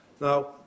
now